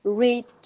read